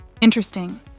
Interesting